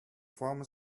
farmer